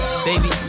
Baby